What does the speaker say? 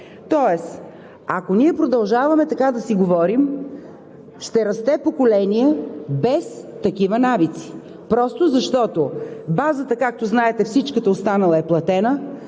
Ако ние продължаваме така да си говорим, ще расте поколение без такива навици просто защото базата, както знаете, всичката останала е платена,